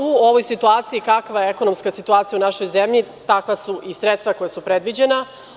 U ovoj situaciji kakva je ekonomska situacija u našoj zemlji takva su i sredstva koja su predviđena.